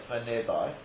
nearby